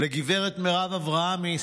ולגב' מרב אברהמי,